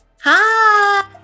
Hi